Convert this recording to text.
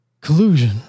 collusion